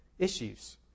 Issues